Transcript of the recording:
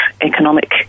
economic